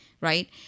right